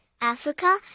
Africa